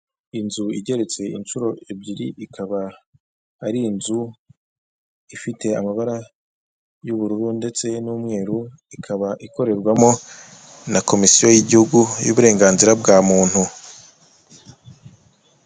Inzu igeretse inshuro ebyiri ikaba ari inzu ifite amabara y'ubururu ndetse n'umweru, ikaba ikorerwamo na komisiyo y'igihugu y'uburenganzira bwa muntu.